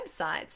websites